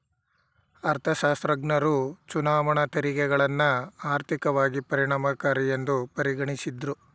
ಅರ್ಥಶಾಸ್ತ್ರಜ್ಞರು ಚುನಾವಣಾ ತೆರಿಗೆಗಳನ್ನ ಆರ್ಥಿಕವಾಗಿ ಪರಿಣಾಮಕಾರಿಯೆಂದು ಪರಿಗಣಿಸಿದ್ದ್ರು